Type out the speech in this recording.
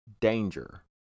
danger